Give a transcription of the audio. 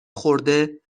خورده